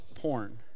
porn